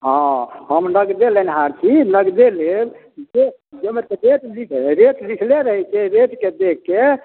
हँ हम नगदे लेनिहार छी नगदे लेब जे जाहिमे तऽ डेट लि रेट लिखले रहै छै रेटके देखिके